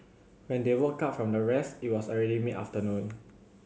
when they woke up from their rest it was already mid afternoon